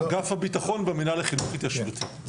אגף הביטחון, במינהל החינוך התיישבותי.